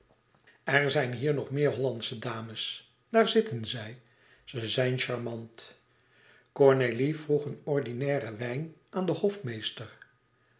er zijn hier nog meer hollandsche dames daar zitten zij ze zijn charmant cornélie vroeg een ordinairen wijn aan den hofmeester